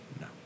No